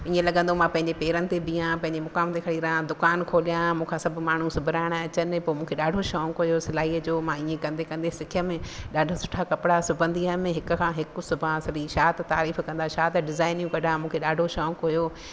ईअं लॻंदो आहे मां पंहिंजे पेरनि ते बीहां पंहिंजे मुक़ाम ते खणी रहिया दुकान खोलियां मूंखां सभु माण्हू सिबराइणु अचनि पोइ मूंखे ॾाढो शौक़ु हुयो सिलाईअ जो मां ईअं कंदे कंदे सिखियमि ॾाढो सुठा कपिड़ा सिबंदी हुअमि हिक खां हिकु सिबां सॼी छा त तारीफ़ु कंदा छा त डिज़ाइनियूं कढां मूंखे ॾाढो शौक़ु हुयो